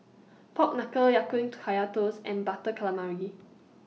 Pork Knuckle Ya Kun Kaya Toast and Butter Calamari